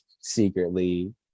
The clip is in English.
secretly